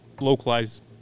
localized